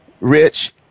Rich